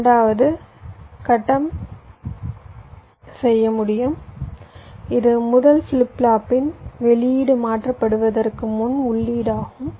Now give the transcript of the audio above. இரண்டாவது கட்டம் செய்ய முடியும் இது முதல் ஃபிளிப் ஃப்ளாப்பின் வெளியீடு மாற்றப்படுவதற்கு முன் உள்ளீடு ஆகும்